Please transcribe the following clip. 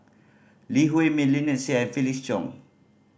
Lee Huei Min Lynnette Seah and Felix Cheong